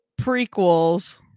prequels